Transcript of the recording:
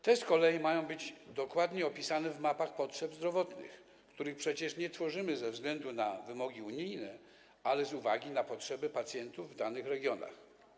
Te z kolei mają być dokładnie opisane w mapach potrzeb zdrowotnych, których przecież nie tworzymy ze względu na wymogi unijne, ale z uwagi na potrzeby pacjentów w danych regionach.